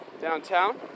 downtown